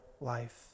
life